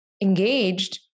engaged